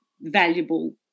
valuable